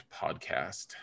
podcast